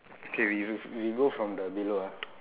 K we we go from the below ah